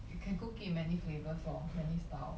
you can cook it in many flavours lor many style